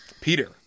Peter